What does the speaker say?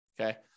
Okay